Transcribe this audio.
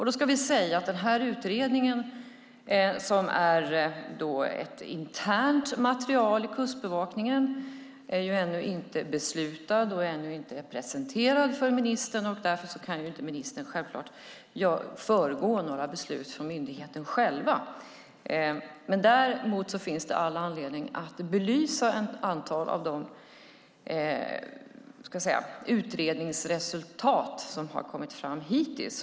Då ska vi säga att den här utredningen, som är ett internt material i Kustbevakningen, ännu inte har lett till beslut och ännu inte är presenterad för ministern, och ministern kan självklart inte föregå några beslut från myndigheten själv. Däremot finns det all anledning att belysa ett antal av de utredningsresultat som har kommit fram hittills.